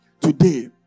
today